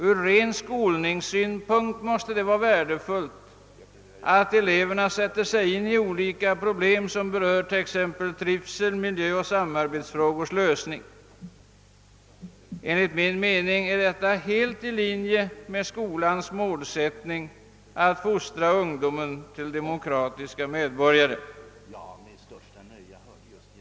Ur ren skolningssynpunkt måste det vara värdefullt att eleverna sätter sig in i olika problem som berör t.ex. trivsel-, miljöoch samarbetsfrågors lösning. Enligt min mening ligger detta helt i linje med skolans målsättning att fostra ungdomen till demokratiska medborgare.